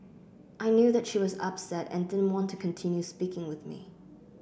I knew that she was upset and didn't want to continue speaking with me